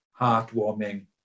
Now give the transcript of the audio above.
heartwarming